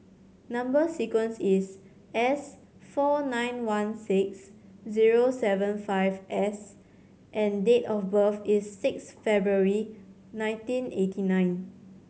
number sequence is S four nine one six zero seven five S and date of birth is six February nineteen eighty nine